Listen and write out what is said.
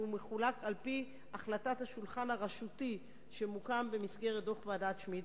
מחולק על-פי החלטת השולחן הרשותי שמוקם במסגרת דוח ועדת-שמיד,